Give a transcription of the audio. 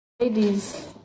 Ladies